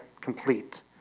complete